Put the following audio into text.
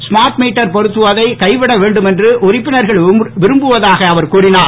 smart meter பொறுத்துவதை கைவிட வேண்டும் என்று உறுப்பினர்கள் விரும்புவதாக அவர் கூறினார்